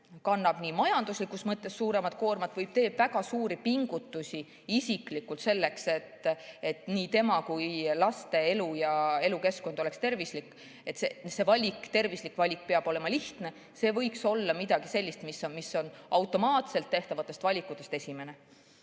kannab majanduslikus mõttes suuremat koormat või teeb isiklikult väga suuri pingutusi selleks, et nii tema kui ka tema laste elu ja elukeskkond oleks tervislik. Tervislik valik peab olema lihtne, see võiks olla midagi sellist, mis on automaatselt tehtavatest valikutest esimene.